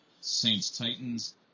Saints-Titans